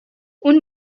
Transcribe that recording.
اون